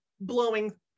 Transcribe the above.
blowing